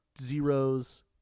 zeros